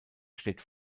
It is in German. steht